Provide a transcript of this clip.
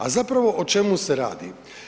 A zapravo o čemu se radi?